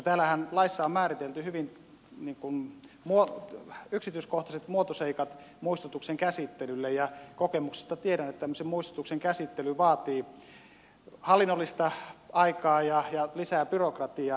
täällä laissahan on määritelty hyvin yksityiskohtaiset muotoseikat muistutuksen käsittelylle ja kokemuksesta tiedän että tämmöisen muistutuksen käsittely vaatii hallinnollista aikaa ja lisää byrokratiaa